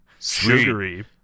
Sugary